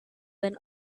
when